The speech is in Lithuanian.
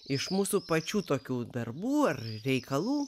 iš mūsų pačių tokių darbų ar reikalų